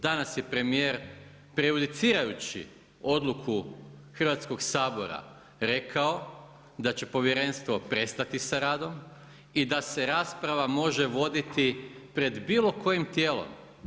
Danas je premijer prejudicirajući odluku Hrvatskog sabora rekao da će Povjerenstvo prestati sa radom i da se rasprava može voditi pred bilo kojim tijelom.